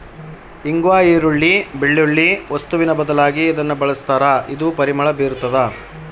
ಇಂಗ್ವಾ ಈರುಳ್ಳಿ, ಬೆಳ್ಳುಳ್ಳಿ ವಸ್ತುವಿನ ಬದಲಾಗಿ ಇದನ್ನ ಬಳಸ್ತಾರ ಇದು ಪರಿಮಳ ಬೀರ್ತಾದ